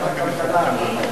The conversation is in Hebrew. חשבתי שאולי ועדת הכלכלה, אדוני.